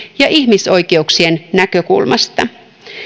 ja ihmisoikeuksien näkökulmasta